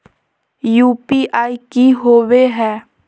UPI की होवे है?